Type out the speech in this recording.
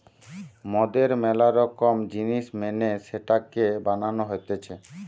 মদের ম্যালা রকম জিনিস মেনে সেটাকে বানানো হতিছে